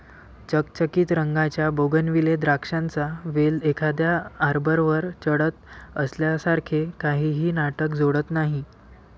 चकचकीत रंगाच्या बोगनविले द्राक्षांचा वेल एखाद्या आर्बरवर चढत असल्यासारखे काहीही नाटक जोडत नाही